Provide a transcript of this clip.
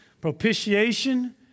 Propitiation